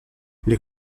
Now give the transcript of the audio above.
les